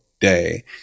day